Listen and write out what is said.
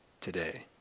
today